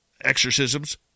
exorcisms